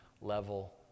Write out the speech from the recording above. level